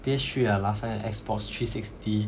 P_S three ah last time the X box three sixty